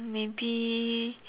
maybe